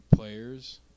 players